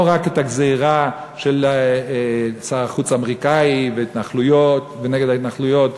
לא רק את הגזירה של שר החוץ האמריקני ונגד ההתנחלויות,